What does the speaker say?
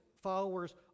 followers